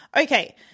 Okay